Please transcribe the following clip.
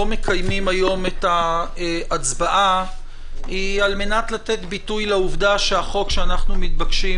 מקיימים היום את ההצבעה היא על מנת לתת ביטוי לעובדה שהחוק שאנחנו מתבקשים